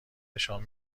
نشان